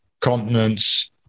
continents